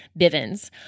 Bivens